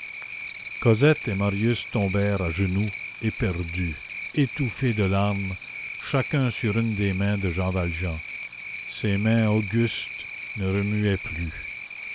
cosette et marius tombèrent à genoux éperdus étouffés de larmes chacun sur une des mains de jean valjean ces mains augustes ne remuaient plus